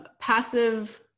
passive